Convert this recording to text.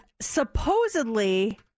supposedly